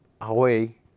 away